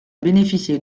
bénéficié